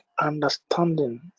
understanding